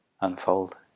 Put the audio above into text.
unfold